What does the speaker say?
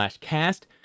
cast